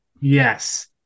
Yes